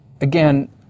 again